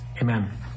Amen